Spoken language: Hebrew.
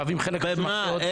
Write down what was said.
המהווים חלק חשוב --- איפה?